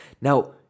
Now